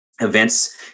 events